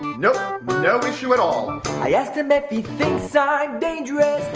no, no issue at all i asked him if he thinks i'm dangerous.